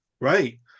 right